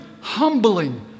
humbling